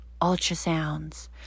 ultrasounds